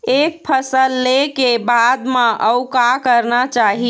एक फसल ले के बाद म अउ का करना चाही?